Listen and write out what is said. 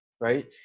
right